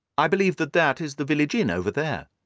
i believe that that is the village inn over there?